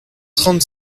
trente